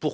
Tout